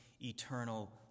eternal